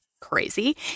crazy